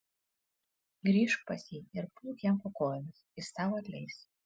grįžk pas jį ir pulk jam po kojomis jis tau atleis